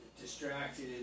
distracted